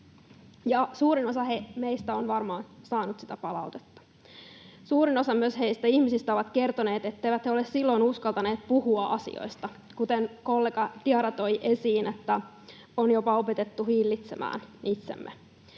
Suurin osa meistä on varmaan saanut sitä palautetta. Suurin osa myös heistä ihmisistä on kertonut, etteivät he ole silloin uskaltaneet puhua asioista. Kuten kollega Diarra toi esiin, on jopa opetettu hillitsemään itsemme.